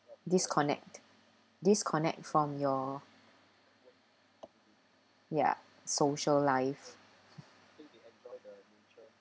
disconnect disconnect from your ya social life